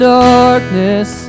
darkness